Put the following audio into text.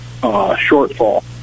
shortfall